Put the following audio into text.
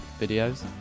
videos